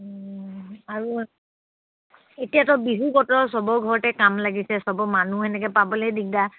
আৰু এতিয়াতো বিহু বতৰ চবৰ ঘৰতে কাম লাগিছে চবৰ মানুহ সেনেকে পাবলেই দিগদাৰ